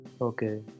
Okay